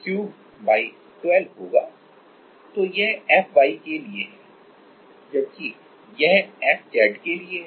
तो यह Fy के लिए है जबकि यह Fz के लिए है